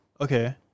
Okay